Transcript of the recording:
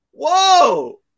Whoa